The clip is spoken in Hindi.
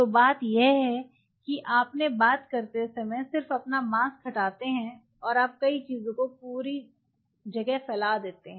तो बात यह है कि आपने बात करते समय सिर्फ अपना मास्क हटाते हैं और आप कई चीजों को पूरी जगह फैला देते हैं